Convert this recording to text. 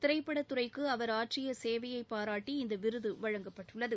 திரைப்படத்துறைக்கு அவர் ஆற்றிய சேவையை பாராட்டி இந்த விருது வழங்கப்பட்டுள்ளது